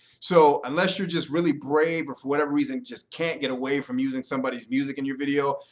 so unless you're just really brave or for whatever reason just can't get away from using somebody's music in your video,